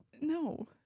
No